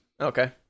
Okay